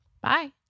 bye